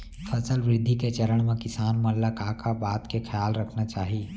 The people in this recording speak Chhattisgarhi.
फसल वृद्धि के चरण म किसान मन ला का का बात के खयाल रखना चाही?